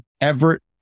Everett